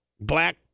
black